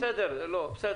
בסדר.